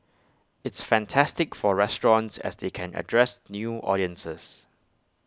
it's fantastic for restaurants as they can address new audiences